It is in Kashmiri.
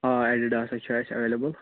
آ ایڈِڈاسٔے چھِ اسہِ ایٚویلِبٕل